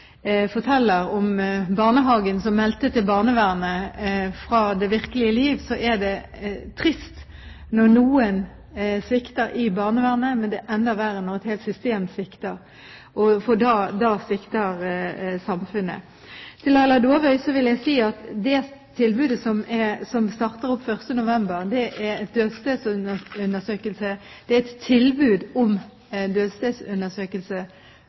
forteller fra det virkelige liv om barnehagen som meldte fra til barnevernet, så er det trist når noen svikter i barnevernet. Men det er enda verre når et helt system svikter, for da svikter samfunnet. Til Laila Dåvøy vil jeg si at det tilbudet som starter opp 1. november, er et tilbud om dødsstedsundersøkelse fra helsepersonell. Det er et tilbud